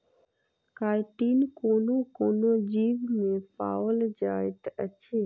chitin कोनो कोनो जीवमे पाओल जाइत अछि